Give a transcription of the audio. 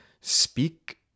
Speak